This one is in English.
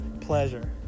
pleasure